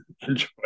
enjoy